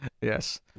yes